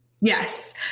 yes